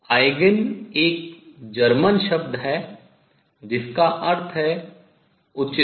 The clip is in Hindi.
Eigen आयगेन एक जर्मन शब्द है जिसका अर्थ है उचित